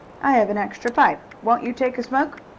i have an extra pipe. won't you take a smoke?